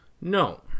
No